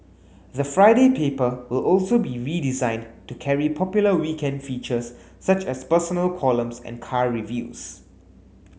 the Friday paper will also be redesigned to carry popular weekend features such as personal columns and car reviews